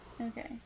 Okay